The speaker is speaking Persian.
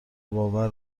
باور